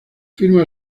firma